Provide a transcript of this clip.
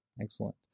excellent